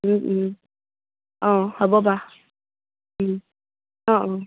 অঁ হ'ব বাৰু অঁ অঁ